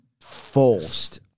forced